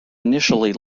initially